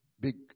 big